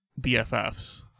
BFFs